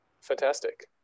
Fantastic